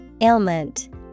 Ailment